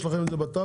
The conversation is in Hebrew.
יש לכם את זה בתב"ע.